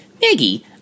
Maggie